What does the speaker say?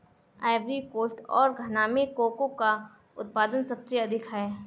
Ivory coast और घना में कोको का उत्पादन सबसे अधिक है